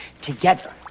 together